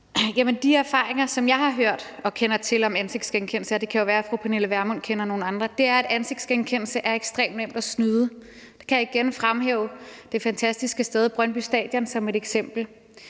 De erfaringer, som jeg har hørt om og kender til, om ansigtsgenkendelse – det kan jo være, at fru Pernille Vermund kender nogle andre – er, at ansigtsgenkendelse er ekstremt nemt at snyde. Jeg kan igen fremhæve det fantastiske sted Brøndby Stadion som eksempel.